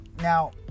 now